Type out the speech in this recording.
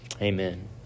Amen